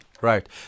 Right